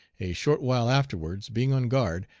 a short while afterwards, being on guard,